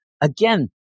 again